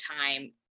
time